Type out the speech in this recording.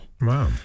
Wow